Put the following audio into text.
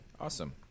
Awesome